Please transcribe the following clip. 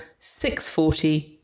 640